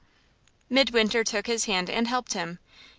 midwinter took his hand and helped him,